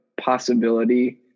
possibility